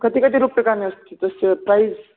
कति कति रूप्यकाणि अस्ति तस्य प्रैस्